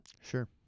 Sure